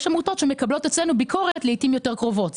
יש עמותות שמקבלות אצלנו ביקורת לעתים יותר קרובות.